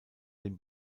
den